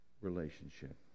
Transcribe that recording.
relationship